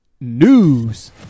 news